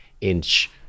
inch